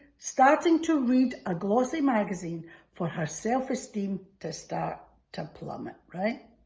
starting to read a glossy magazine for her self-esteem to start to plummet, right.